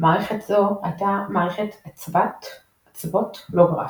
מערכת זו הייתה מערכת אצוות לא גרפית.